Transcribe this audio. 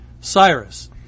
Cyrus